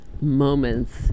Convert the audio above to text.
moments